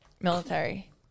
military